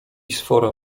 sfora